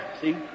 see